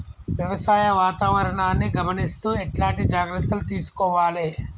వ్యవసాయ వాతావరణాన్ని గమనిస్తూ ఎట్లాంటి జాగ్రత్తలు తీసుకోవాలే?